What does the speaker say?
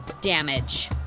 damage